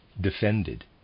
defended